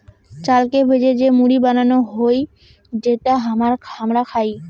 চালকে ভেজে যে মুড়ি বানানো হউ যেটা হামরা খাই